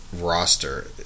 roster